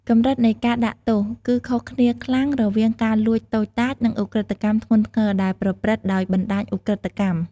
កម្រិតនៃការដាក់ទោស គឺខុសគ្នាខ្លាំងរវាងការលួចតូចតាច និងឧក្រិដ្ឋកម្មធ្ងន់ធ្ងរដែលប្រព្រឹត្តដោយបណ្តាញឧក្រិដ្ឋកម្ម។